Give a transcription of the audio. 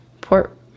port